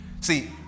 see